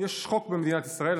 יש חוק במדינת ישראל,